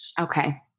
Okay